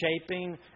shaping